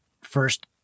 first